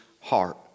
heart